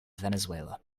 venezuela